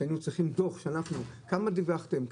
היינו צריכים דוח של כמה דיווחתם,